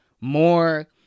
more